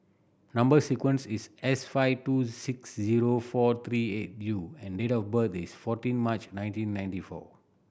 number sequence is S five two six zero four three eight U and date of birth is fourteen March nineteen ninety four